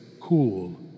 cool